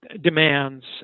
demands